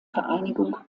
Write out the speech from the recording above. vereinigung